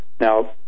Now